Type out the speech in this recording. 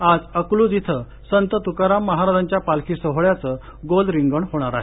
आज अकलूज इथं संत तुकाराम महाराजांच्या पालखी सोहळ्याचं गोल रिंगण होणार आहे